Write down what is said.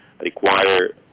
require